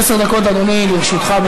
עשר דקות, אדוני, לרשותך.